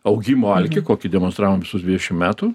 augimo alkį kokį demonstravom visus dvidešimt metų